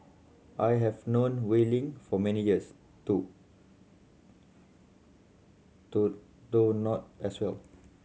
I have known Wei Ling for many years too though not as well